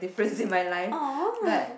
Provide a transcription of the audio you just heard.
first in my life but